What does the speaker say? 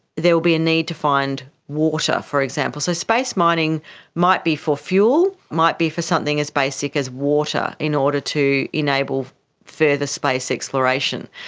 there will be a need to find water, for example. so space mining might be for fuel, might be for something as basic as water in order to enable further space exploration.